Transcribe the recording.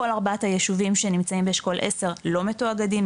כל ארבעת היישובים שנמצאים באשכול 10 לא מתואגדים,